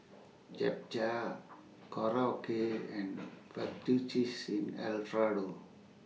Japchae Korokke and Fettuccine Alfredo